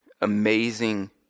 amazing